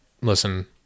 Listen